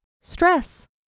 stress